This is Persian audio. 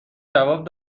جواب